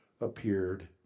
appeared